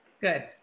Good